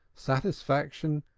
satisfaction,